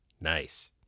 Nice